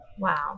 Wow